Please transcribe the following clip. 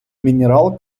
мінерал